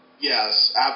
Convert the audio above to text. Yes